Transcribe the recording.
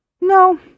No